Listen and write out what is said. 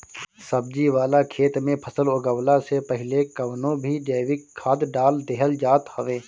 सब्जी वाला खेत में फसल उगवला से पहिले कवनो भी जैविक खाद डाल देहल जात हवे